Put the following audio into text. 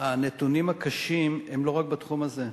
הנתונים הקשים הם לא רק בתחום הזה.